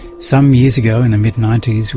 some years ago in the mid ninety s we,